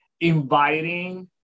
inviting